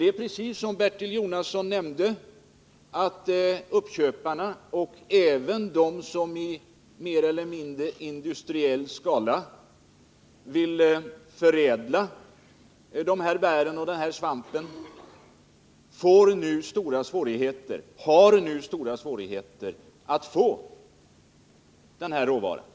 Det är precis så som Bertil Jonasson nämnde, att uppköparna och de som i mer eller mindre industriell skala förädlar bären och svampen nu har svårigheter att få tag i den här råvaran.